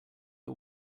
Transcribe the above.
are